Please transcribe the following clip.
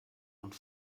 und